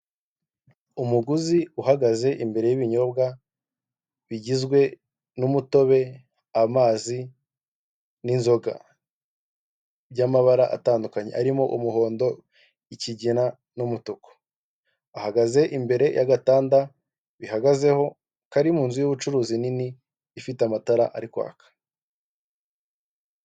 Umuguzi uhagaze imbere y'ibinyobwa bigizwe n'umutobe ,amazi n'inzoga .Byamabara atandukanye arimo umuhondo, ikigina n'umutuku ahagaze imbere y'agatanda bihagazeho ,kari munzu y'ubucuruzi nini ifite amatara ari kwaka.